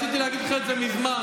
רציתי להגיד לך את זה מזמן,